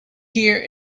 heed